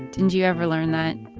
didn't you ever learn that?